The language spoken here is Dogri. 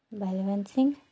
बलवंत सिंह